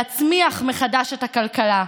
להצמיח מחדש את הכלכלה.